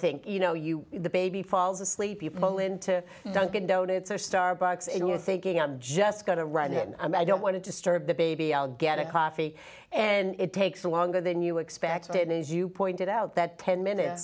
think you know you baby falls asleep people into dunkin donuts or starbucks you're thinking i'm just going to run and i don't want to disturb the baby i'll get a coffee and it takes longer than you expected as you pointed out that ten minutes